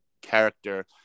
character